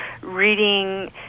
reading